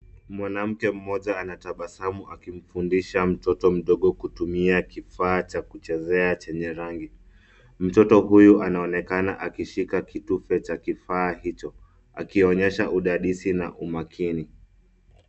Mwanamke mmoja anatabasamu akimfundisha mtoto mdogo kutumia kifaa cha kuchezea chenye rangi. Mtoto huyu anaonekana akishika kitufe cha kifaa hicho, akionyesha udadisi na umakini.